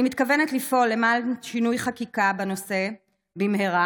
אני מתכוונת לפעול למען שינוי חקיקה בנושא במהרה,